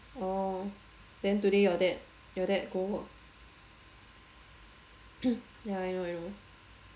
oh then today your dad your dad go work ya I know I know